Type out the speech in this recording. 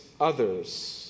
others